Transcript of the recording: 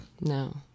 No